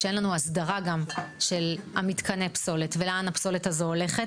כשאין לנו הסדרה גם של מתקני פסולת ולאן הפסולת הזו הולכת,